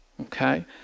okay